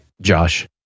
Josh